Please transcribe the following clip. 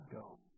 go